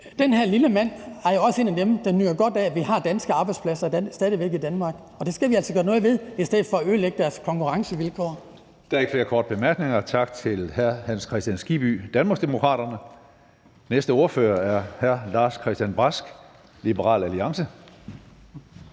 Den her lille mand er jo også en af dem, der nyder godt af, at vi stadig væk har danske arbejdspladser i Danmark, og det skal vi altså gøre noget ved i stedet for at ødelægge de her virksomheders konkurrencevilkår. Kl. 13:27 Tredje næstformand (Karsten Hønge): Der er ikke flere korte bemærkninger. Tak til hr. Hans Kristian Skibby, Danmarksdemokraterne. Den næste ordfører er hr. Lars-Christian Brask, Liberal Alliance.